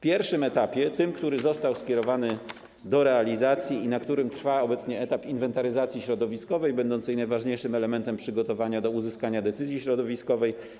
Pierwszy etap, który został skierowany do realizacji, który trwa obecnie, to etap inwentaryzacji środowiskowej będącej najważniejszym elementem przygotowania do uzyskania decyzji środowiskowej.